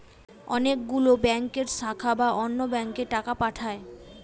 অনেক গুলো ব্যাংকের শাখা বা অন্য ব্যাংকে টাকা পাঠায়